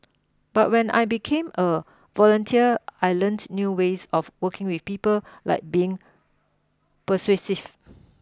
but when I became a volunteer I learnt new ways of working with people like being persuasive